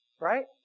right